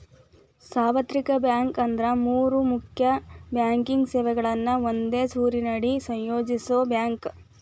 ಸಾರ್ವತ್ರಿಕ ಬ್ಯಾಂಕ್ ಅಂದ್ರ ಮೂರ್ ಮುಖ್ಯ ಬ್ಯಾಂಕಿಂಗ್ ಸೇವೆಗಳನ್ನ ಒಂದೇ ಸೂರಿನಡಿ ಸಂಯೋಜಿಸೋ ಬ್ಯಾಂಕ್